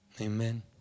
Amen